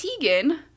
Tegan